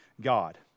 God